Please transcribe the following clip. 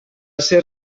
ser